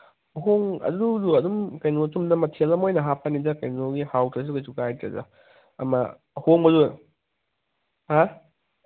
ꯑꯗꯨꯗꯣ ꯑꯗꯨꯝ ꯀꯩꯅꯣ ꯆꯨꯝꯅ ꯃꯊꯦꯜ ꯑꯃ ꯑꯣꯏꯅ ꯍꯥꯞꯄꯅꯤꯗ ꯀꯩꯅꯣꯒꯤ ꯍꯥꯎꯇ꯭ꯔꯁꯨ ꯀꯩꯁꯨ ꯀꯥꯏꯗ꯭ꯔꯦꯗ ꯑꯃ ꯑꯍꯣꯡꯕꯗꯨ ꯍꯥ